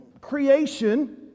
creation